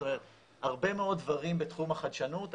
זאת אומרת הרבה מאוד דברים בתחום החדשנות.